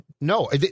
no